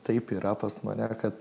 taip yra pas mane kad